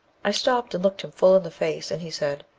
i stopped and looked him full in the face, and he said,